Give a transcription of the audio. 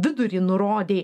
vidurį nurodei